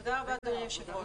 תודה, אדוני היושב-ראש.